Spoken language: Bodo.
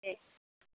दे